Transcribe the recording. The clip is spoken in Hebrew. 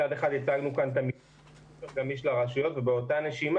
מצד אחד הצגנו כאן את תקציב הגמיש לרשויות ובאותה נשימה